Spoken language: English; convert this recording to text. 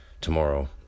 tomorrow